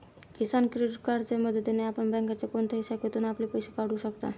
किसान credit कार्डच्या मदतीने आपण बँकेच्या कोणत्याही शाखेतून आपले पैसे काढू शकता